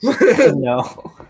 No